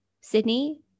Sydney